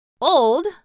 Old